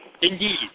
Indeed